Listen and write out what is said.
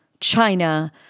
China